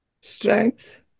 strength